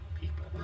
people